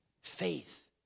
Faith